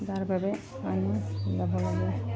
তাৰ বাবে আমি যাব লাগে